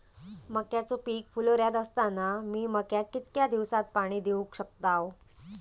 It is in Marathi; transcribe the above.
मक्याचो पीक फुलोऱ्यात असताना मी मक्याक कितक्या दिवसात पाणी देऊक शकताव?